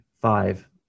five